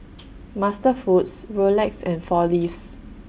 MasterFoods Rolex and four Leaves